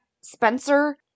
Spencer